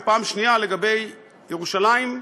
ופעם שנייה לגבי ירושלים,